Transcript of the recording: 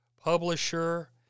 publisher